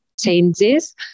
changes